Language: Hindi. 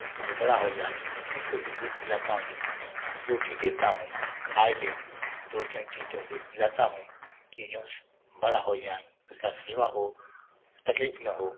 कि खूब बड़ा हो जाए उसको भी दूध पिलाता हूँ रोटी देता हूँ खाए ले दो टैम तीन टैम दूध पिलाता हूँ कि जऊन से बड़ा होइ जाए उसका सेवा हो तकलीफ़ न हो